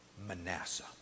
Manasseh